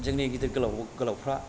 जोंनि गिदिर गोलावफ्रा